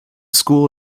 school